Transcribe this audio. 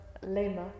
lema